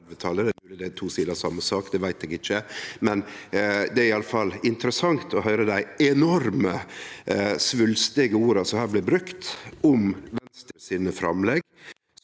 det er iallfall interessant å høyre dei enormt svulstige orda som her blir brukte om Venstre sine framlegg.